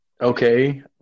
Okay